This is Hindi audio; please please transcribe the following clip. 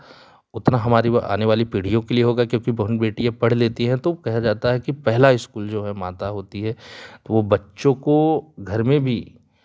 उतना हमारी व आने वाले पीढ़ियों के लिए होगा क्योंकि बहन बेटियाँ पढ़ लेती हैं तो कहा जाता है कि पहला स्कूल जो है माता होती है वह बच्चों को घर में भी